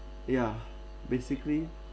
yeah basically